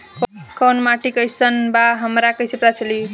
कोउन माटी कई सन बा हमरा कई से पता चली?